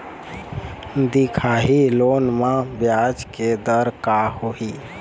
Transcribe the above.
दिखाही लोन म ब्याज के दर का होही?